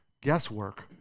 guesswork